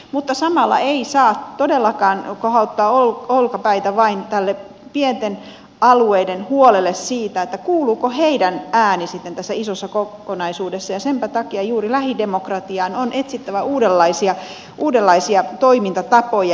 mutta samalla ei saa todellakaan vain kohauttaa olkapäitä tälle pienten alueiden huolelle siitä kuuluuko heidän äänensä sitten tässä isossa kokonaisuudessa ja senpä takia juuri lähidemokratiaan on etsittävä uudenlaisia toimintatapoja